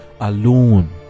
alone